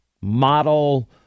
model